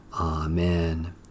Amen